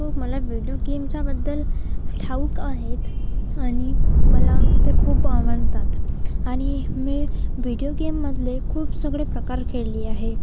हो मला व्हिडीओ गेमच्या बद्दल ठाऊक आहेत आणि मला ते खूप आवडतात आणि मी व्हिडिओ गेममधले खूप सगळे प्रकार खेळली आहे